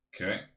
Okay